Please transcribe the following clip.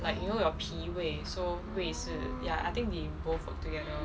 like you know your 脾胃 so 胃是 ya I think they both work together